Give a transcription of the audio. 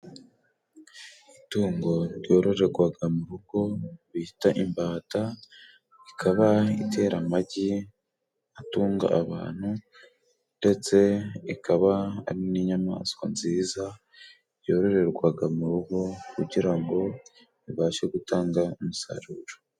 Itungo ryororerwaga mu rugo bita imbata, ikaba itera amagi atunga abantu, ndetse ikaba ari n'inyamaswa nziza yororerwaga mu rugo, kugira ngo ibashe gutanga umusaruro.